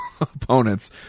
opponents